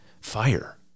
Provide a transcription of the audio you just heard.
Fire